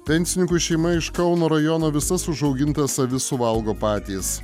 pensininkų šeima iš kauno rajono visas užaugintas avis suvalgo patys